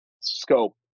scope